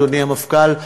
אדוני המפכ"ל,